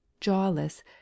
jawless